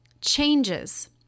changes